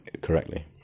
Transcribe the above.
correctly